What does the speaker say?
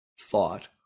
thought